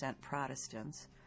Protestants